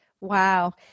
Wow